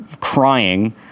crying